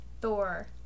Thor